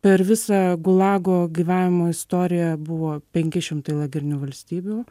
per visą gulago gyvavimo istoriją buvo penki šimtai lagerinių valstybių